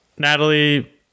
Natalie